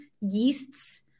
yeasts